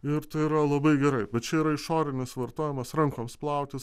ir tai yra labai gerai bet čia yra išorinis vartojimas rankoms plautis